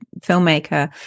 filmmaker